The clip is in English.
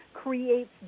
creates